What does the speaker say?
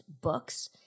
books